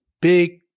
big